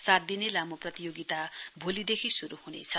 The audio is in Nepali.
सात दिने लामो प्रतियोगिता भोलिदेखि शुरु हुनेछ